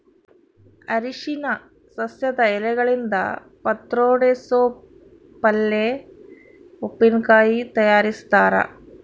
ಅರಿಶಿನ ಸಸ್ಯದ ಎಲೆಗಳಿಂದ ಪತ್ರೊಡೆ ಸೋಪ್ ಪಲ್ಯೆ ಉಪ್ಪಿನಕಾಯಿ ತಯಾರಿಸ್ತಾರ